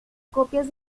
copias